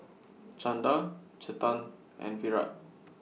Chanda Chetan and Virat